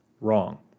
Wrong